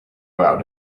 out